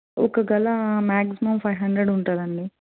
ఒక గెలా maximum five hundred ఉంటదండి